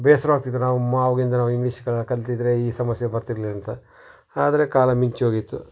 ಬೇಸರ ಆಗ್ತಿತ್ತು ನಾವು ಮ ಆವಾಗಿಂದ ನಾವು ಇಂಗ್ಲೀಷ್ ಕಲ್ತಿದ್ದರೆ ಈ ಸಮಸ್ಯೆ ಬರ್ತಿರ್ಲಿಲ್ಲ ಅಂತ ಆದರೆ ಕಾಲ ಮಿಂಚಿ ಹೋಗಿತ್ತು